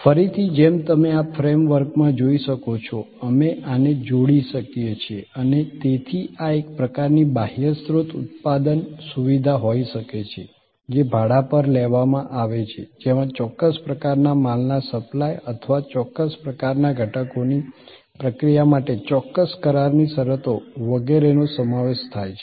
ફરીથી જેમ તમે આ ફ્રેમ વર્કમાં જોઈ શકો છો અમે આને જોડી શકીએ છીએ અને તેથી આ એક પ્રકારની બાહ્યસ્ત્રોત ઉત્પાદન સુવિધા હોઈ શકે છે જે ભાડા પર લેવામાં આવે છે જેમાં ચોક્કસ પ્રકારના માલના સપ્લાય અથવા ચોક્કસ પ્રકારના ઘટકોની પ્રક્રિયા માટે ચોક્કસ કરારની શરતો વગેરેનો સમાવેશ થાય છે